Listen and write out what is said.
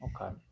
Okay